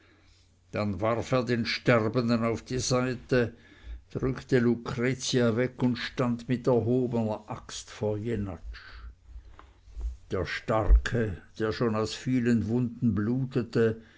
dann warf er den sterbenden auf die seite drückte lucretia weg und stand mit erhobener axt vor jenatsch der starke der schon aus vielen wunden blutete